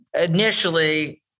initially